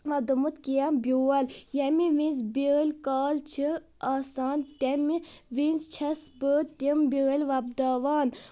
وۄپدومُت کینٛہہ بیول ییٚمہِ وِزِ بیٲلۍ کال چھِ آسان تمہِ وِزِ چھس بہٕ تِم بیٲلۍ وۄپداوان